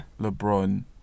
LeBron